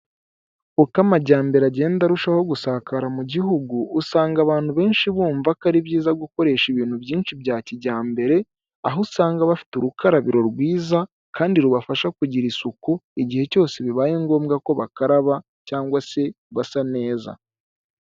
Uko amajyambere agenda arushaho gusakara mu gihugu usanga abantu benshi bumva ko ari byiza gukoresha ibintu byinshi bya kijyambere, aho usanga bafite urukarabiro rwiza kandi rubafasha kugira isuku igihe cyose bibaye ngombwa ko bakaraba cyangwa se basa neza.